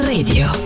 Radio